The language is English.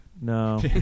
no